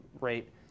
rate